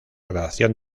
redacción